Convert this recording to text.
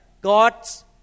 God's